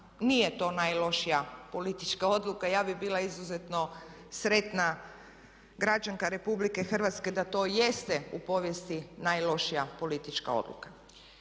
Nije to najlošija politička odluka. Ja bih bila izuzetno sretna građanka Republike Hrvatske da to jeste u povijesti najlošija politička odluka.